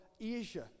Asia